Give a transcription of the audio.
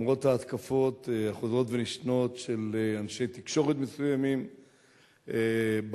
למרות ההתקפות החוזרות ונשנות של אנשי תקשורת מסוימים בבוקר,